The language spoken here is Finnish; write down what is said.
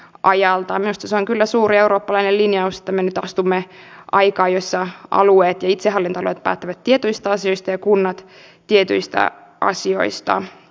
mä ajalta mistä saan kyllä suuri eurooppalainen linjausta mennyttä ainakin etsittäisiin kestäviä ratkaisuja siihen asti kun saadaan tehdä järkevää kilpailuttamista henkilöliikenteelle